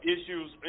issues